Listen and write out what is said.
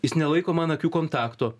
jis nelaiko man akių kontakto